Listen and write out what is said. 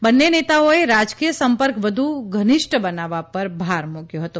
બંને નેતાઓએ રાજકીય સંપર્ક વધુ ઘનિષ્ઠ બનાવવા પર ભાર મૂક્યો હતો